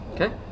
Okay